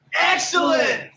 excellent